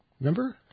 Remember